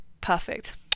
perfect